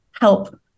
help